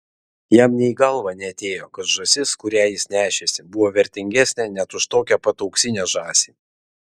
jam nė į galvą neatėjo kad žąsis kurią jis nešėsi buvo vertingesnė net už tokią pat auksinę žąsį